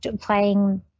playing